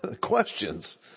questions